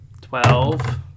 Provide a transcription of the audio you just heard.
twelve